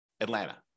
Atlanta